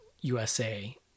USA